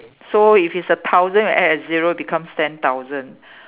so if it's a thousand we add a zero becomes ten thousand